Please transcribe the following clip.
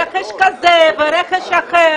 על רכש כזה ורכש אחר.